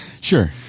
Sure